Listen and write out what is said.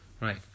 right